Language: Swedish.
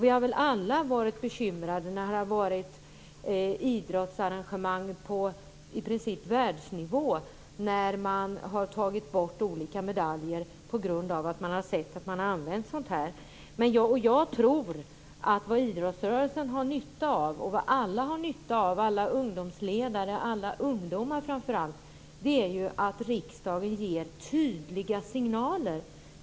Vi har väl alla varit bekymrade när man i idrottsarrangemang i princip på världsnivå har dragit tillbaka olika medaljer efter att ha upptäckt användning av sådana här saker. Jag tror att idrottsrörelsen, alla ungdomsledare och, framför allt, alla ungdomar har nytta av att riksdagen ger tydliga signaler.